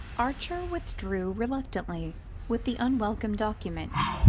archer withdrew reluctantly with the unwelcome documents.